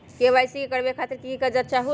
KYC करवे खातीर के के कागजात चाहलु?